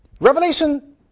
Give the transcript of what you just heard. Revelation